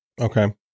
Okay